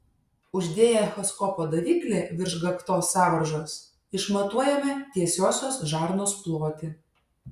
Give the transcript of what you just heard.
uždėję echoskopo daviklį virš gaktos sąvaržos išmatuojame tiesiosios žarnos plotį